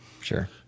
Sure